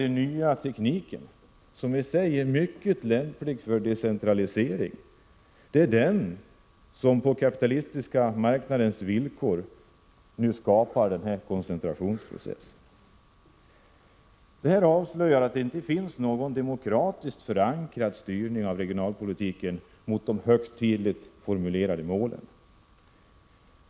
Den nya tekniken är mycket lämplig för decentralise ring, men det är den som på den kapitalistiska marknadens villkor nu skapar denna koncentrationsprocess. Detta avslöjar att det inte finns någon demokratiskt förankrad styrning av regionalpolitiken mot de högtidligt formulerade målen.